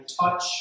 touch